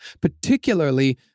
Particularly